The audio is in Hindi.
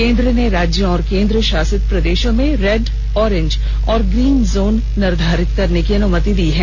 केन्द्र ने राज्यों और केन्द्रशासित प्रदेशों को रेड ऑरेंज और ग्रीन जोन निर्धारित करने की अनुमति दी है